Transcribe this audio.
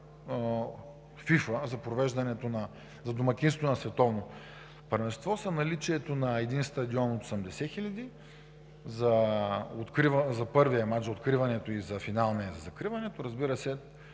за домакинството на световно първенство, са наличието на един стадион от 80 хиляди за първия мач – за откриването, и за финалния – за закриването.